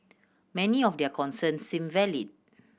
many of their concerns seemed valid